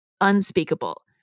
unspeakable